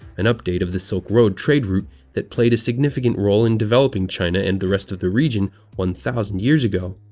an update of the silk road trade route that played a significant role in developing china and the rest of the region one thousand years ago.